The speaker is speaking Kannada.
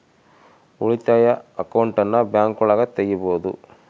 ಉಳಿತಾಯ ಅಕೌಂಟನ್ನ ಬ್ಯಾಂಕ್ಗಳಗ ತೆಗಿಬೊದು